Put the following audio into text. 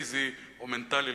פיזי או מנטלי,